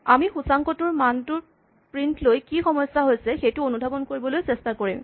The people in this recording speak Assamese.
আমি সূচাংকটোৰ মানটোৰ প্ৰিন্ট লৈ কি সমস্যা হৈছে সেইটো অনুধাৱন কৰিবলৈ চেষ্টা কৰিম